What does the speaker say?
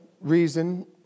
reason